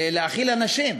להאכיל אנשים.